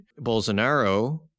Bolsonaro